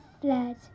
fled